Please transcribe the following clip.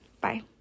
bye